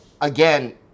again